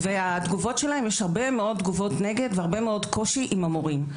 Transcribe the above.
והתגובות שלהם יש הרבה מאוד תגובות נגד והרבה מאוד קושי עם המורים.